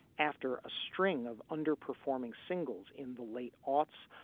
after a string of under-performing singles in the late aughts,